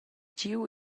giu